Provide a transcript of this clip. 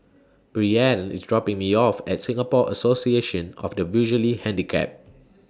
Breanne IS dropping Me off At Singapore Association of The Visually Handicapped